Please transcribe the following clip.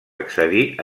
accedir